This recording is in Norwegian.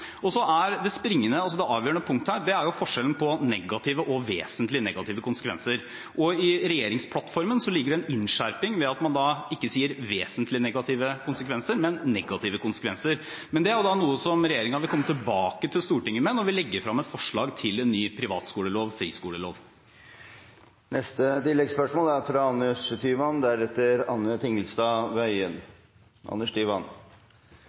avgjørende punktet – er forskjellen på «negative konsekvenser» og «vesentlig negative konsekvenser». I regjeringsplattformen ligger det en innskjerping ved at man ikke sier «vesentlig negative konsekvenser», men «negative konsekvenser». Det er noe som regjeringen vil komme tilbake til Stortinget med når vi legger frem forslag til ny privatskolelov, friskolelov. Anders Tyvand – til oppfølgingsspørsmål. Den muslimske skolen i Oslo er